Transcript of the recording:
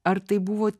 ar tai buvo